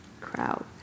crowd